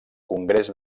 congrés